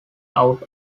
out